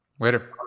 Later